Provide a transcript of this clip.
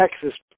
Texas